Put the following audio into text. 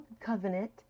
covenant